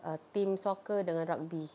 err team soccer dengan rugby